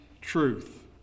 truth